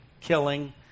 killing